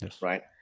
right